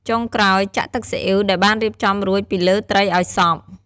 ចុងក្រោយ ចាក់ ទឹកស៊ីអុីវ ដែលបានរៀបចំរួចពីលើត្រីឲ្យសព្វ។